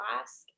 ask